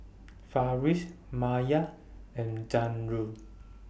Farish Maya and Zamrud